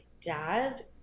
dad